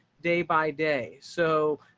day by day. so,